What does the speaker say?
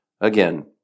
Again